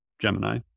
Gemini